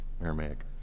Aramaic